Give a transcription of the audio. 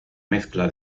mezcla